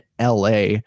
LA